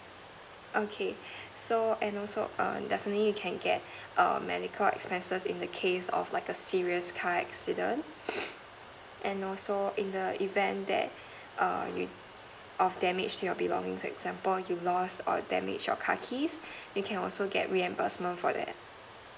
okay so and also err definitely you can get a medical expenses in the case of like a serious car accident and also in the event that err you of damage on your belonging example you lost or damaged your car keys you can also get reimbursement for that